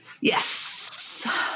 Yes